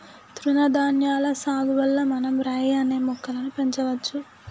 తృణధాన్యాల సాగు వల్ల మనం రై అనే మొక్కలను పెంచవచ్చు